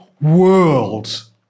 world